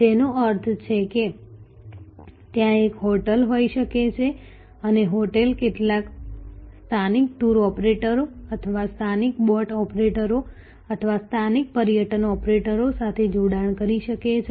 જેનો અર્થ છે કે ત્યાં એક હોટેલ હોઈ શકે છે અને હોટેલ કેટલાક સ્થાનિક ટુર ઓપરેટરો અથવા સ્થાનિક બોટ ઓપરેટરો અથવા સ્થાનિક પર્યટન ઓપરેટરો સાથે જોડાણ કરી શકે છે